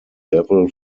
devil